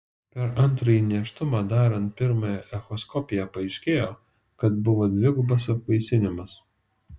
per antrąjį nėštumą darant pirmą echoskopiją paaiškėjo kad buvo dvigubas apvaisinimas